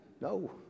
no